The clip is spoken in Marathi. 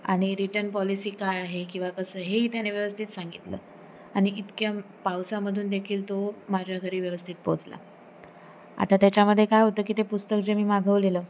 आणि रिटन पॉलिसी काय आहे किंवा कसं हेही त्याने व्यवस्थित सांगितलं आणि इतक्या पावसामधूनदेखील तो माझ्या घरी व्यवस्थित पोचला आता त्याच्यामध्ये काय होतं की ते पुस्तक जे मी मागवलेलं